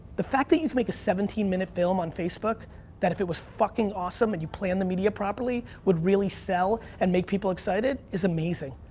the fact that you can make a seventeen minute film on facebook that if it was fucking awesome and you play on the media properly would really sell and make people excited is amazing.